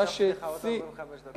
אדוני היושב-ראש, הוספתי לך עוד 45 דקות.